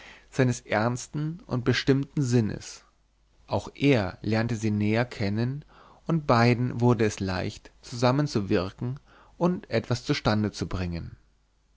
seines ernsten und bestimmten sinnes auch er lernte sie näher kennen und beiden wurde es leicht zusammen zu wirken und etwas zustande zu bringen